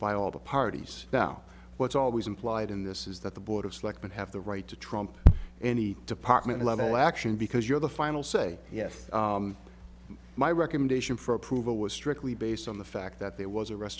by all the parties now what's always implied in this is that the board of selectmen have the right to trump any department level action because you're the final say yes my recommendation for approval was strictly based on the fact that there was a rest